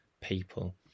people